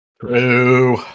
True